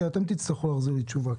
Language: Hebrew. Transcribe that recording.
כי אתם תצטרכו להחזיר לי תשובה.